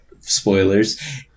spoilers